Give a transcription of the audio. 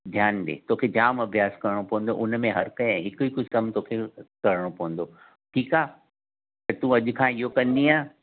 ध्यानु ॾे तोखे जाम अभ्यासु करणो पवंदो हुन में हर कंहिं हिकु हिकु कमु तोखे करणो पवंदो ठीकु आहे त तूं अॼु खां इहो कंदीअ